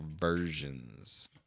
versions